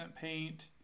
paint